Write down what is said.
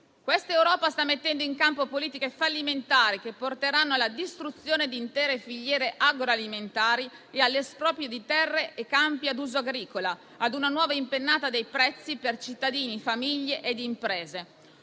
Questa Europa sta mettendo in campo politiche fallimentari che porteranno alla distruzione di intere filiere agroalimentari e all'esproprio di terre e campi ad uso agricolo, ad una nuova impennata dei prezzi per cittadini, famiglie ed imprese.